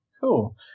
Cool